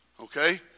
okay